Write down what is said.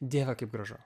dieve kaip gražu